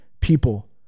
People